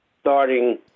starting